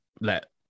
let